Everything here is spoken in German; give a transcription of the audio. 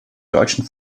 deutschen